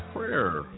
Prayer